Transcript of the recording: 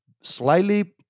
slightly